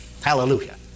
Hallelujah